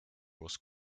was